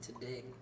today